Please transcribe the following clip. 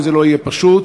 וזה לא יהיה פשוט,